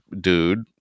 dude